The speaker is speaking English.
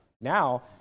Now